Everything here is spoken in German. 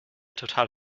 total